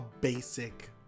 basic